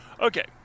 Okay